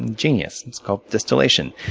and genius. it's called distillation.